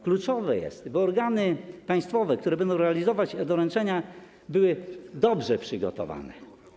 Kluczowe jest, by organy państwowe, które będą realizować e-doręczenia, były dobrze przygotowane.